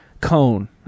cone